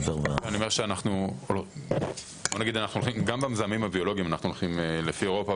בוא נגיד אנחנו הולכים גם במזהמים הביולוגיים אנחנו הולכים לפי אירופה.